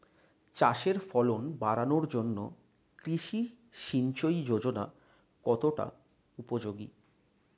চাষের ফলন বাড়ানোর জন্য কৃষি সিঞ্চয়ী যোজনা কতটা উপযোগী?